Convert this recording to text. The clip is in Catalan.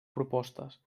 propostes